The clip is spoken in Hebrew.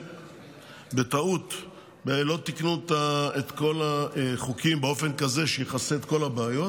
למעשה בטעות לא תיקנו את כל החוקים באופן כזה שיכסה את כל הבעיות.